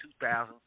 2000